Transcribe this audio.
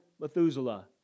Methuselah